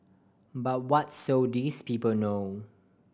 but what so these people know